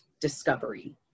discovery